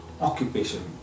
occupation